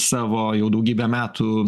savo jau daugybę metų